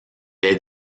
est